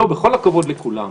עם כל הכבוד לכולם,